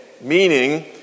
Meaning